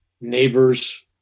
neighbors